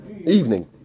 evening